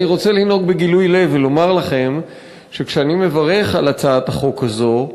אני רוצה לנהוג בגילוי לב ולומר לכם שכשאני מברך על הצעת החוק הזאת,